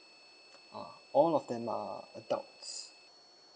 ah all of them are adults